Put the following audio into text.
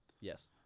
yes